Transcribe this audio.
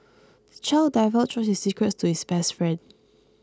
the child divulged all his secrets to his best friend